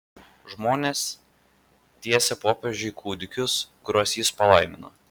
žmonės tiesė popiežiui kūdikius kuriuos jis palaimino